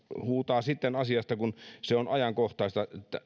huutaa sitten asiasta kun se on ajankohtaista